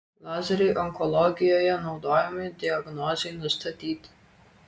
lazeriai onkologijoje naudojami diagnozei nustatyti